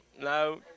no